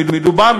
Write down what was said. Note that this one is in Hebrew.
מדובר,